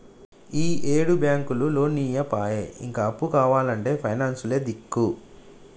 ఈయేడు బాంకులు లోన్లియ్యపాయె, ఇగ అప్పు కావాల్నంటే పైనాన్సులే దిక్కు